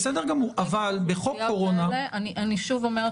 אני שוב אומרת,